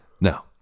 No